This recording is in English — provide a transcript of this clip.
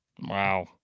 Wow